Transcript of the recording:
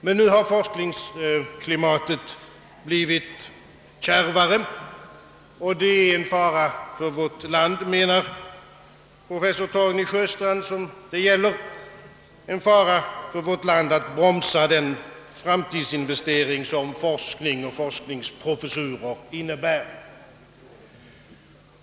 Men nu har forskningsklimatet blivit kärvare, och det är en fara för vårt land, menar professor Torgny Sjöstrand som intervjun gäller, att bromsa den framtidsinvestering som forskning och forskningsprofessurer innebär.